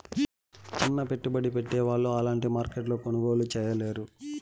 సిన్న పెట్టుబడి పెట్టే వాళ్ళు అలాంటి మార్కెట్లో కొనుగోలు చేయలేరు